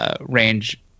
range